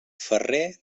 ferrer